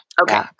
Okay